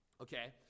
Okay